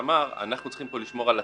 אמר: אנחנו צריכים פה לשמור על הציבור,